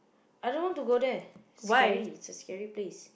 I don't want to go there it's scary it's a scary place